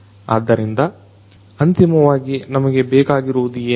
ಆದ್ದರಿಂದ ಅಂತಿಮವಾಗಿ ನಮಗೆ ಬೇಕಾಗಿರುದೇನು